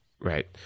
Right